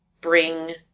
bring